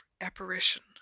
apparition